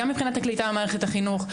גם מבחינת הקליטה במערכת החינוך,